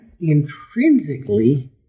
intrinsically